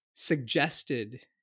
Suggested